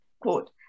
Quote